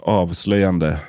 avslöjande